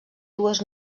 dues